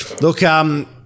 look